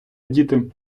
діти